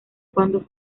cuando